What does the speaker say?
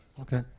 Okay